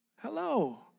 Hello